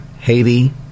Haiti